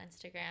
Instagram